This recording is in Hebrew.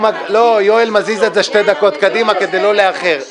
לא, יואל מזיז את זה שתי דקות קדימה כדי לא לאחר.